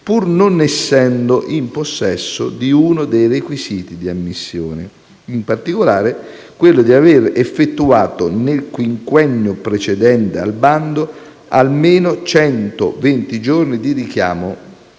pur non essendo in possesso di uno dei requisiti di ammissione, in particolare quello di aver effettuato nel quinquennio precedente al bando almeno centoventi giorni di richiamo